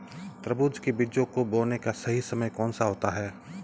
तरबूज के बीजों को बोने का सही समय कौनसा होता है?